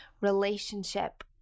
relationship